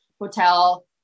Hotel